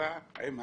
כמיטיבה עם האכיפה?